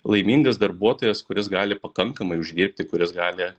laimingas darbuotojas kuris gali pakankamai uždirbti kuris gali